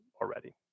already